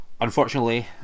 Unfortunately